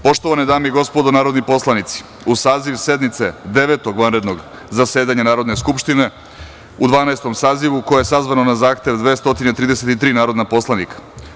Poštovane dame i gospodo narodni poslanici, uz saziv sednice Devetog vanrednog zasedanja Narodne skupštine u Dvanaestom sazivu, koje je sazvano na zahtev 233 narodna poslanika.